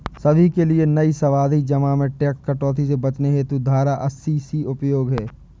सभी के लिए नई सावधि जमा में टैक्स कटौती से बचने हेतु धारा अस्सी सी उपयोगी है